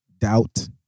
doubt